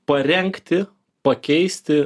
parengti pakeisti